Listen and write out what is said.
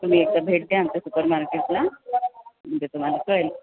तुम्ही एकदा भेट द्या आमच्या सुपरमार्केटला म्हणजे तुम्हाला कळेल